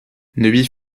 nevez